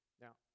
Now